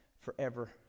forever